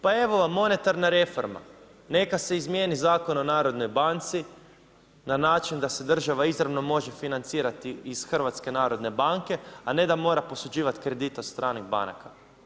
Pa evo vam monetarna reforma, neka se izmijeni Zakon o Narodnoj banci na način da se država izravno može financirati iz HNB-a, a ne da mora posuđivati kredit od stranih banaka.